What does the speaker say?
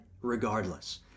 regardless